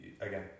again